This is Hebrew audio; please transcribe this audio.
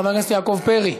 חבר הכנסת יעקב פרי,